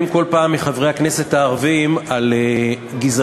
כל פעם מחברי הכנסת הערבים על גזענות,